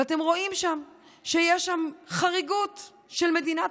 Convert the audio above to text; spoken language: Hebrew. ואתם רואים שיש שם חריגות של מדינת